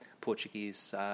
Portuguese